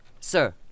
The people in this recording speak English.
Sir